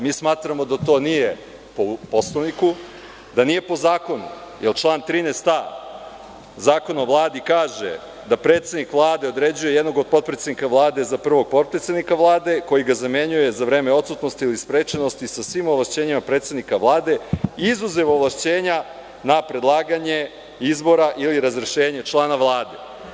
Mi smatramo da to nije po Poslovniku, da nije po zakonu, jer član 13a. Zakona o Vladi kaže – da predsednik Vlade određuje jednog od potpredsednika Vlade za prvog potpredsednika Vlade koji ga zamenjuje za vreme odsutnosti ili sprečenosti sa svim ovlašćenjima predsednika Vlade, izuzev ovlašćenja na predlaganje izbora ili razrešenja člana Vlade.